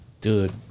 Dude